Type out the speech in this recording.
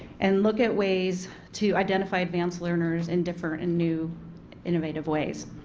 and look at ways to identify advanced learners in different and new innovative ways.